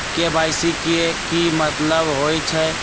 KYC के कि मतलब होइछइ?